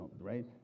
right